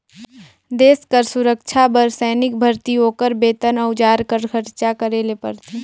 देस कर सुरक्छा बर सैनिक भरती, ओकर बेतन, अउजार कर खरचा करे ले परथे